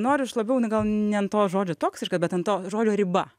noriu aš labiau gal ne ant to žodžio toksiškas bet ant to žodžio riba